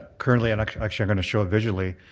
currently and actually i'm going to show it visually.